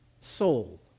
soul